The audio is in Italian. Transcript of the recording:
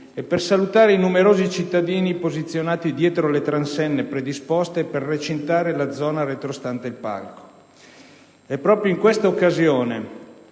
e per salutare i numerosi cittadini posizionati dietro le transenne predisposte per recintare la zona retrostante il palco. È proprio in questa occasione